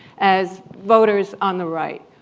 as voters on the right?